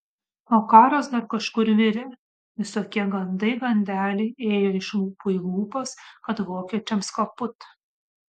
o karas dar kažkur virė visokie gandai gandeliai ėjo iš lūpų į lūpas kad vokiečiams kaput